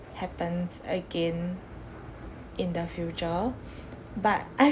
happens again in the future but I